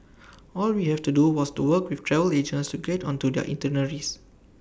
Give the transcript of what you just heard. all we had to do was work with travel agents to get onto their itineraries